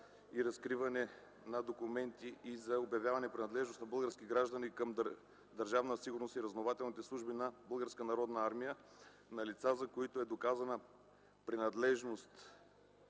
и разкриване на документите и за обявяване на принадлежност на български граждани към Държавна сигурност и разузнавателните служби на Българската народна армия на лица, за които е доказана принадлежност,